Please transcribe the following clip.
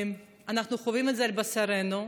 אנחנו חווים את זה על בשרנו,